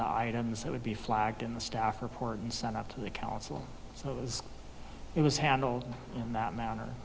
the items that would be flagged in the staff report and sent out to the council so those it was handled in that manner